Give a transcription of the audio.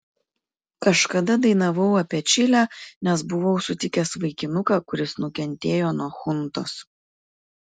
kažkada dainavau apie čilę nes buvau sutikęs vaikinuką kuris nukentėjo nuo chuntos